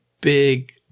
big